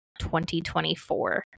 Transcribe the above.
2024